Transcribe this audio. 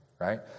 right